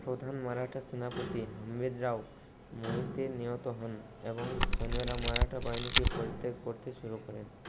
প্রধান মারাঠা সেনাপতি রাও মোহিতে নিহত হন এবং সৈন্যরা মারাঠা বাহিনীকে পরিত্যাগ করতে শুরু করে